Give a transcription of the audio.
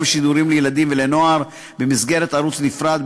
שידורים לילדים ולנוער במסגרת ערוץ נפרד,